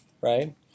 right